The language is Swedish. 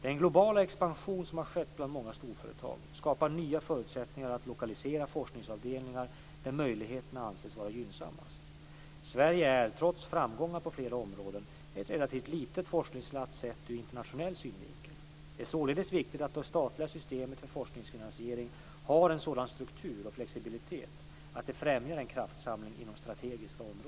Den globala expansion som har skett bland många storföretag skapar nya förutsättningar att lokalisera forskningsavdelningar där möjligheterna anses vara gynnsammast. Sverige är, trots framgångar på flera områden, ett relativt litet forskningsland sett ur internationell synvinkel. Det är således viktigt att det statliga systemet för forskningsfinansiering har en sådan struktur och flexibilitet att det främjar en kraftsamling inom strategiska områden.